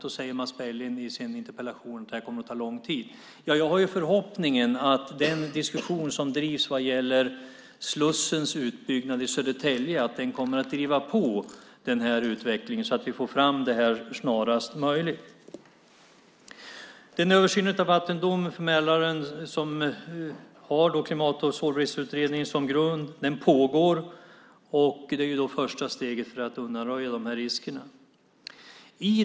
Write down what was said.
I sin interpellation säger Mats Berglind att det kommer att ta lång tid. Jag har förhoppningen att den diskussion som förs vad gäller slussens utbyggnad i Södertälje kommer att driva på utvecklingen så att vi får fram detta snarast möjligt. Den översyn av vattendomen för Mälaren som har Klimat och sårbarhetsutredningen som grund pågår, och det är första steget för att undanröja riskerna.